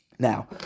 Now